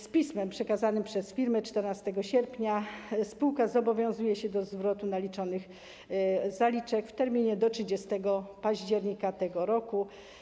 z pismem przekazanym przez firmę 14 sierpnia spółka zobowiązuje się do zwrotu naliczonych zaliczek w terminie do 30 października tego roku.